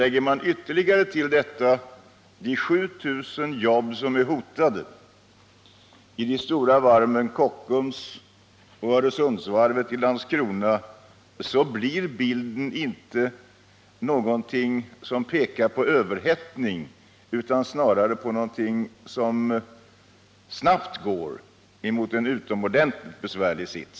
Lägger man ytterligare till detta de 7000 jobb som hotas vid de stora varven Kockums och Öresundsvarvet i Landskrona, pekar inte bilden på överhettning, snarare på en utveckling som snabbt leder fram till en utomordentligt besvärlig sits.